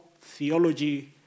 theology